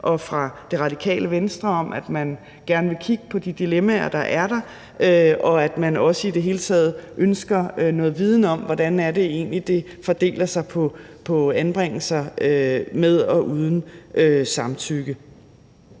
og fra Det Radikale Venstre, om, at man gerne vil kigge på de dilemmaer, der er der, og at man i det hele taget også ønsker noget viden om, hvordan det egentlig er det fordeler sig på anbringelser med og uden samtykke.